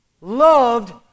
loved